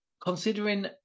considering